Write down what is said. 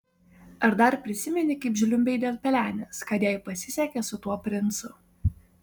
ar dar prisimeni kaip žliumbei dėl pelenės kad jai pasisekė su tuo princu